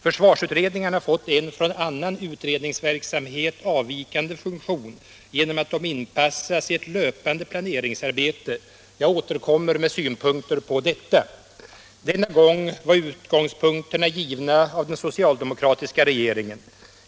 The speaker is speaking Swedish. Försvarsutredningarna har fått en från annan utredningsverksamhet avvikande funktion genom att de inpassats i ett löpande planeringsarbete. Jag återkommer med synpunkter på detta. Denna gång var utgångspunkterna givna av den socialdemokratiska regeringen.